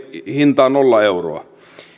hintaan nolla euroa